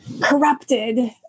corrupted